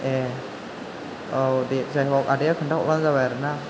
ए औ दे जायहग आदाआ खोन्था हरबानो जाबाय आरोना